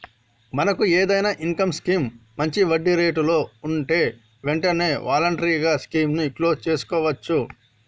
మనకు ఏదైనా income scheme మంచి వడ్డీ రేట్లలో ఉంటే వెంటనే వాలంటరీగా స్కీమ్ ని క్లోజ్ సేసుకోవచ్చు